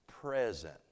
present